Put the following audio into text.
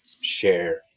share